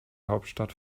hauptstadt